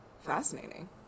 Fascinating